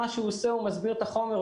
הוא מסביר את החומר,